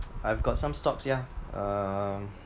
I've got some stocks ya um